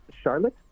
Charlotte